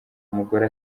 umugore